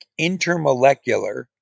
intermolecular